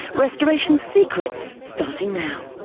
restoration secrets, starting now.